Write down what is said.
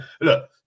look